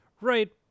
right